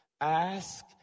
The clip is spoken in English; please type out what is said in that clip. Ask